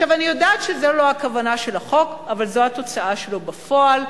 אני יודעת שזו לא הכוונה של החוק אבל זו התוצאה שלו בפועל,